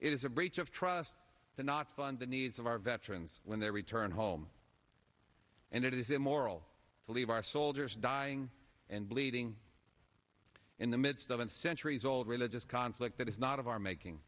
is a breach of trust to not fund the needs of our veterans when they return home and it is immoral to leave our soldiers dying and bleeding in the midst of an centuries old religious conflict that is not of our making